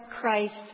Christ